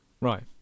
Right